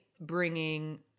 bringing